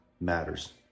matters